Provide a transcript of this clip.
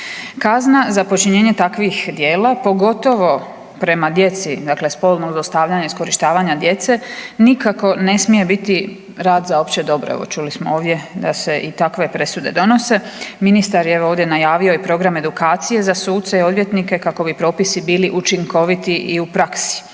Kazna za počinjenje takvih djela pogotovo prema djeci dakle spolnog zlostavljanja iskorištavanja djece nikako ne smije biti rad za opće dobro, evo čuli smo ovdje da se i takve presude donose. Ministar je evo ovdje najavio i program edukcije za suce i odvjetnike kako bi propisi bili učinkoviti i u praksi,